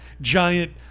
giant